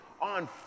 on